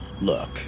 Look